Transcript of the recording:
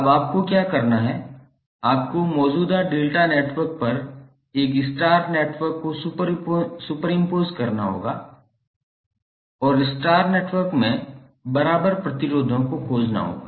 अब आपको क्या करना है आपको मौजूदा डेल्टा नेटवर्क पर एक स्टार नेटवर्क को सुपरपोज़ करना होगा और स्टार नेटवर्क में बराबर प्रतिरोधों को खोजना होगा